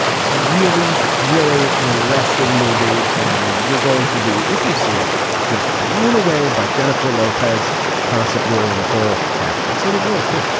it's really really an arresting movie and you're going to be if you see it just blown away by jennifer lopez consent were in the whole cast mercedes role too.